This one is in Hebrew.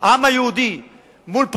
העם היהודי מול פרעות,